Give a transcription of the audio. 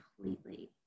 completely